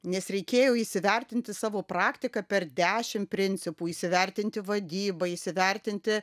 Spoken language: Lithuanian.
nes reikėjo įsivertinti savo praktiką per dešim principų įsivertinti vadybą įsivertinti